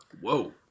Whoa